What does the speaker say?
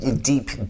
deep